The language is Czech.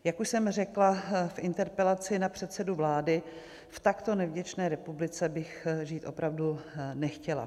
Jak už jsem řekla v interpelaci na předsedu vlády, v takto nevděčné republice bych žít opravdu nechtěla.